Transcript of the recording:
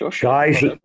guys